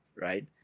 right